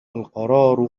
القرار